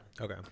Okay